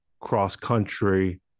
cross-country